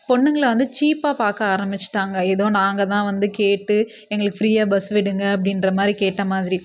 பொண்ணுங்களை வந்து சீப்பாக பார்க்க ஆரமிச்சுட்டாங்க ஏதோ நாங்கள்தான் வந்து கேட்டு எங்களுக்கு ஃப்ரீயாக பஸ் விடுங்க அப்படின்ற மாதிரி கேட்ட மாதிரி